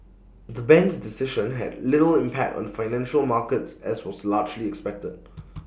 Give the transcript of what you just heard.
the bank's decision had little impact on financial markets as was largely expected